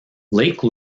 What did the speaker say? lake